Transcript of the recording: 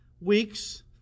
weeks